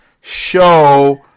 show